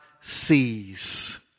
sees